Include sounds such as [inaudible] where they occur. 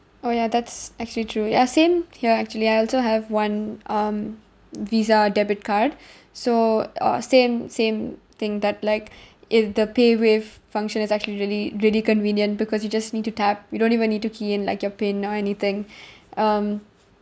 oh ya that's actually true ya same here actually I also have one um visa debit card [breath] so uh same same thing that like [breath] if the paywave function is actually really really convenient because you just need to tap you don't even need to key in like your pin or anything [breath] um